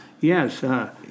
Yes